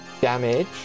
damage